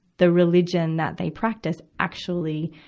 the religion that they practice actually,